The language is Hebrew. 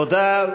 תודה.